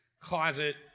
closet